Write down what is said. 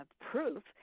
proof